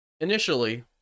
initially